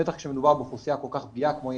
בטח כשמדובר באוכלוסייה כל כך פגיעה כמו ילדים.